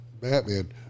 Batman